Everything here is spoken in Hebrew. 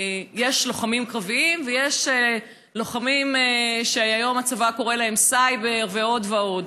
יש לוחמים קרביים ויש לוחמים שכיום הצבא קורא להם סייבר ועוד ועוד.